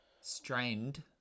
Strained